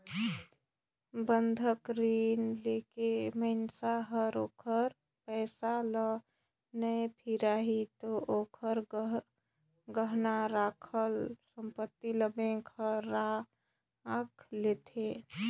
बंधक रीन लेके मइनसे हर ओखर पइसा ल नइ फिराही ते ओखर गहना राखल संपति ल बेंक हर राख लेथें